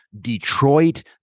Detroit